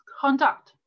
conduct